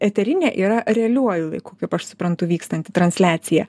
eterinė yra realiuoju laiku kaip aš suprantu vykstanti transliacija